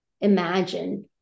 imagine